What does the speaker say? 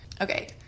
Okay